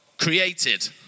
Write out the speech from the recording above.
created